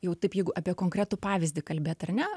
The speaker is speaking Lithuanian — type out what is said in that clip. jau taip jeigu apie konkretų pavyzdį kalbėt ar ne